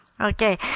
okay